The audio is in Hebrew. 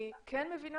אני כן מבינה